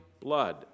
blood